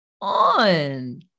on